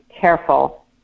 careful